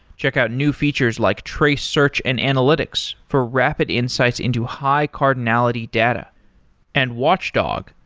checkout new features like trace search and analytics for rapid insights into high-cardinality data and watchdog,